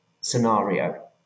scenario